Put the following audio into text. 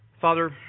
Father